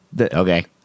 Okay